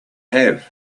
have